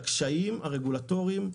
הקשיים הרגולטוריים,